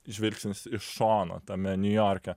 žvilgsnis iš šono tame niujorke